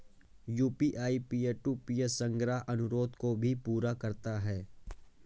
UPI peer to peer संग्रह अनुरोध को भी पूरा करता है